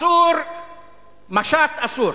משט אסור,